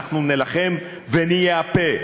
אנחנו נילחם ונהיה הפה,